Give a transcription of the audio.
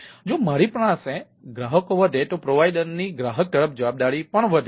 જો મારી પાસે ગ્રાહકો વધે તો પ્રોવાઇડરની ગ્રાહક તરફ જવાબદારી વધે છે